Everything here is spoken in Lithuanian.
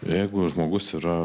jeigu žmogus yra